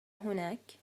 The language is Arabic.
هناك